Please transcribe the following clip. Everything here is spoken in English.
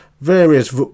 various